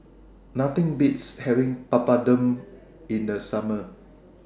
Nothing Beats having Papadum in The Summer